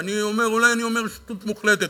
ואולי אני אומר שטות מוחלטת,